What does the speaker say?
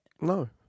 No